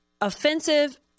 offensive